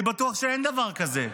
אני בטוח שאין דבר כזה,